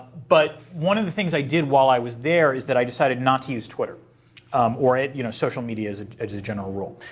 but one of the things i did while i was there is that i decided not to use twitter um or you know social media as a general rule.